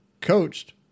coached